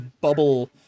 bubble